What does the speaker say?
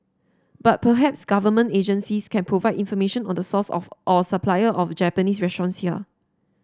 but perhaps government agencies can provide information on the source of or supplier of Japanese restaurants here